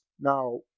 now